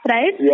Right